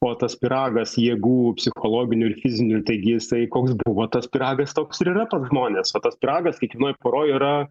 o tas pyragas jėgų psichologinių ir fizinių taigi jisai koks buvo tas pyragas toks yra pas žmones o tas pyragas kiekvienoj poroj yra